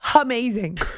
amazing